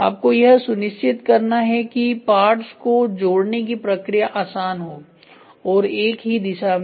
आपको यह सुनिश्चित करना है कि पार्ट्स को जोड़ने की प्रक्रिया आसान हो और एक ही दिशा में हो